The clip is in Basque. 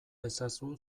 ezazu